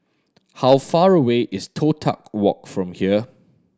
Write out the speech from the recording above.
how far away is Toh Tuck Walk from here